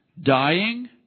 Dying